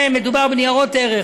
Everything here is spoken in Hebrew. למעשה, מדובר בניירות ערך